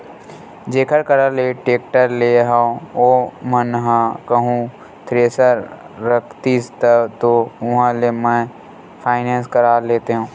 जेखर करा ले टेक्टर लेय हव ओमन ह कहूँ थेरेसर रखतिस तब तो उहाँ ले ही मैय फायनेंस करा लेतेव